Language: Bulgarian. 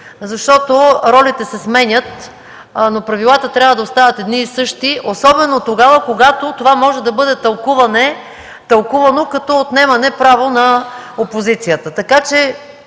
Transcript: Защото ролите се сменят, но правилата трябва да остават едни и същи, особено тогава, когато това може да бъде тълкувано като отнемане право на опозицията.